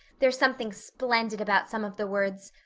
there's something splendid about some of the words.